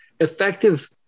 effective